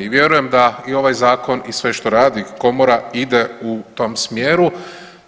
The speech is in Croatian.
I vjerujem da i ovaj zakon i sve što radi komora ide u tom smjeru